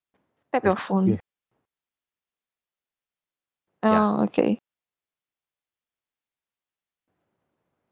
tap your phone err okay